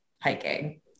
hiking